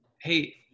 hey